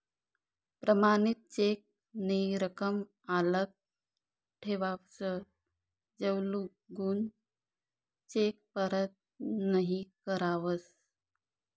प्रमाणित चेक नी रकम आल्लक ठेवावस जवलगून चेक परत नहीं करावस